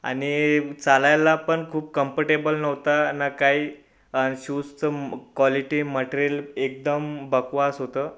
आणि चालायला पण खूप कम्फर्टेबल नव्हता ना काही आणि शूजचा क्वालिटी मटेरियल एकदम बकवास होतं